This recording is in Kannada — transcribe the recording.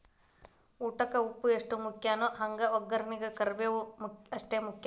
ಊಟಕ್ಕ ಉಪ್ಪು ಎಷ್ಟ ಮುಖ್ಯಾನೋ ಹಂಗ ವಗ್ಗರ್ನಿಗೂ ಕರ್ಮೇವ್ ಅಷ್ಟ ಮುಖ್ಯ